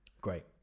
Great